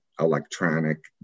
electronic